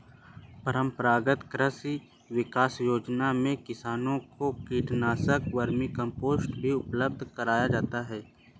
परम्परागत कृषि विकास योजना में किसान को कीटनाशक, वर्मीकम्पोस्ट भी उपलब्ध कराया जाता है